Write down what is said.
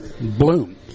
bloom